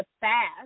fast